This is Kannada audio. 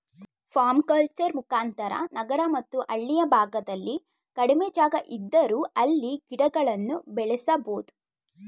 ಪರ್ಮಕಲ್ಚರ್ ಮುಖಾಂತರ ನಗರ ಮತ್ತು ಹಳ್ಳಿಯ ಭಾಗದಲ್ಲಿ ಕಡಿಮೆ ಜಾಗ ಇದ್ದರೂ ಅಲ್ಲಿ ಗಿಡಗಳನ್ನು ಬೆಳೆಸಬೋದು